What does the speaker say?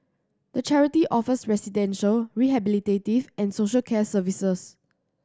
the charity offers residential rehabilitative and social care services